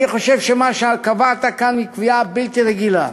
אני חושב שמה שקבעת כאן הוא קביעה בלתי רגילה.